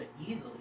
easily